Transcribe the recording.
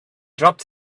dropped